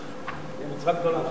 זו מצווה גדולה.